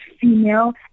female